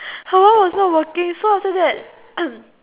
her one was not working so after that